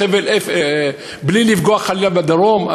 בלי לפגוע חלילה בדרום,